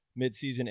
midseason